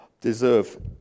deserve